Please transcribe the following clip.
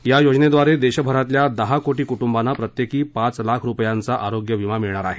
या योजनेद्वारे देश भरातल्या दहा कोटी कुंटूबांना प्रत्येकी पाच लाख रुपयांचा आरोग्यविमा मिळणार आहे